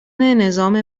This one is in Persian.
نظام